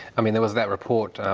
i mean there was that report,